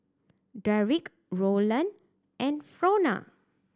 Derrick Rolland and Frona